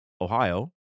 Ohio